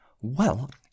Well